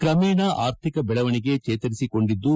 ಕ್ರಮೇಣ ಆರ್ಥಿಕ ಬೆಳವಣಿಗೆ ಚೇತರಿಸಿಕೊಂಡಿದ್ದು